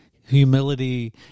humility